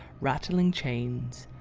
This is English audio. rattling chains,